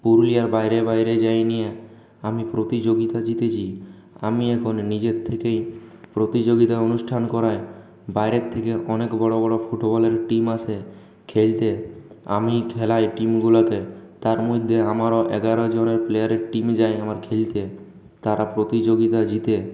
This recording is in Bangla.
পুরুলিয়ার বাইরে বাইরে যাই নিয়ে আমি প্রতিযোগিতা জিতেছি আমি এখন নিজের থেকেই প্রতিযোগিতায় অনুষ্ঠান করাই বাইরের থেকে অনেক বড়ো বড়ো ফুটবলের টিম আসে খেলতে আমি খেলাই টিমগুলোকে তার মধ্যে আমারও এগারো জনের প্লেয়ারের টিম যায় আমার খেলতে তারা প্রতিযোগিতা জিতে